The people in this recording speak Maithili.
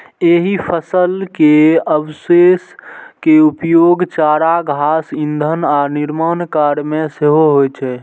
एहि फसल के अवशेष के उपयोग चारा, घास, ईंधन आ निर्माण कार्य मे सेहो होइ छै